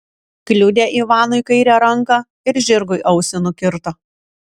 kliudė ivanui kairę ranką ir žirgui ausį nukirto